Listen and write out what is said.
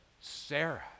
Sarah